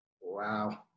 Wow